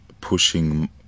pushing